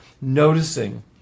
noticing